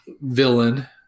villain